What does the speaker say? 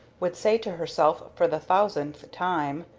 would say to herself for the thousandth time,